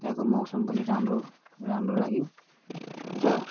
त्यहाँको मौसम पनि राम्रो राम्रो लाग्यो र